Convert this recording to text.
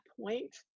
point